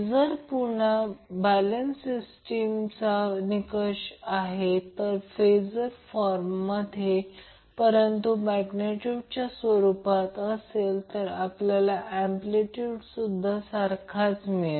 resistance Rg हा variable आहे याचा अर्थ हा रेझिस्टन्स Rg 2 आणि 55 Ω च्या दरम्यान व्हेरिएबल आहे याचा अर्थ Rg प्रत्यक्षात असा आहे की R g या 2 आणि 55 Ω मध्ये आहे